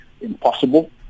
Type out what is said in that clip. impossible